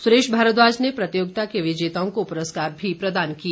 सुरेश भारद्वाज ने प्रतियोगिता के विजेताओं को पुरस्कार भी प्रदान किए